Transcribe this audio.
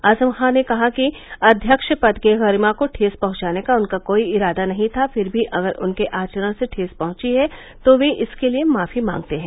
आजम खान ने कहा कि अध्यक्ष पद की गरिमा को ठेस पहुंचाने का उनका कोई इरादा नहीं था फिर भी अगर उनके आचरण से ठेस पहुंची है तो वे इसके लिए माफी मांगते हैं